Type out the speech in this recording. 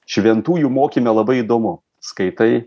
šventųjų mokyme labai įdomu skaitai